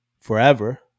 forever